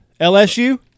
LSU